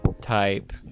Type